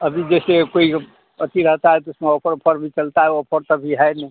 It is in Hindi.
अभी जैसे कोई अथि रहता है तो उसमें ऑफर ऑफर भी चलता है ऑफर तो अभी है नहीं